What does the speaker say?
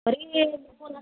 మరీ